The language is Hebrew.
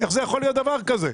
איך יכול להיות דבר כזה?